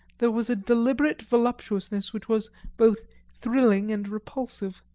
there was a deliberate voluptuousness which was both thrilling and repulsive,